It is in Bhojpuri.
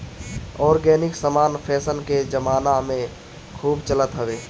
ऑर्गेनिक समान फैशन के जमाना में खूब चलत हवे